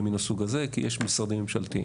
מן הסוג הזה כי יש משרדים ממשלתיים.